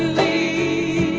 the